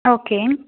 okay